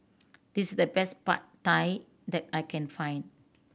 this is the best Pad Thai that I can find